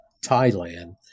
Thailand